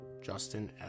Justin